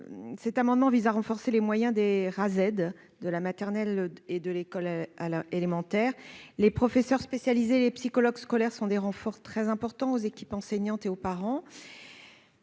Cet amendement vise à renforcer les moyens des Rased, de la maternelle et de l'école à la élémentaires, les professeurs spécialisés, les psychologues scolaires sont des renforts très importants aux équipes enseignantes et aux parents